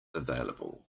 available